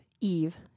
Eve